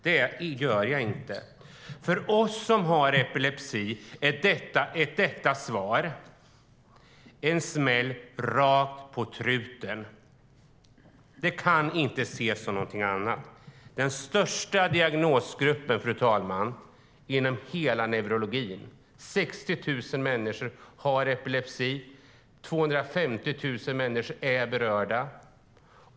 Det gör jag inte. För oss som har epilepsi är detta svar en smäll rakt på truten. Det kan inte ses som någonting annat. Det är den största diagnosgruppen, fru talman, inom hela neurologin - 60 000 människor har epilepsi. 250 000 människor är berörda.